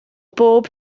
bob